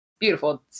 Beautiful